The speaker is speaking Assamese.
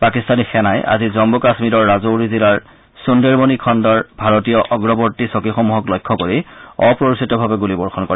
পাকিস্তানী সেনাই আজি জন্মু কাশ্মীৰৰ ৰাজৌৰি জিলাৰ সন্দেৰবনী খণ্ডৰ ভাৰতীয় অগ্ৰবৰ্তী চকীসমূহক লক্ষ্য কৰি অপ্ৰৰোচিতভাৱে গুলীবৰ্ষণ কৰে